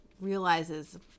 realizes